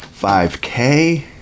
5K